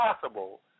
possible